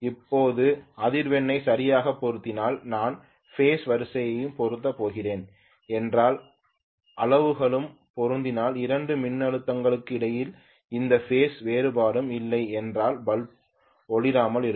இப்போது அதிர்வெண்கள் சரியாக பொருந்தினால் நான் பேஸ் வரிசையையும் பொருத்தப் போகிறேன் என்றால் அளவுகளும் பொருந்தினால் இரண்டு மின்னழுத்தங்களுக்கிடையில் எந்த பேஸ் வேறுபாடும் இல்லை என்றால் பல்புகள் ஒளிராமல் இருக்கும்